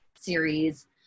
series